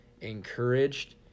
encouraged